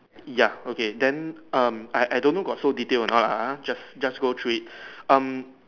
ya okay then um I I don't know got so detail a not ah ah just just go through it um